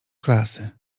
klasy